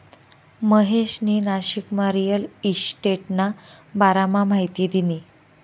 महेशनी नाशिकमा रिअल इशटेटना बारामा माहिती दिनी